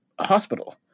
hospital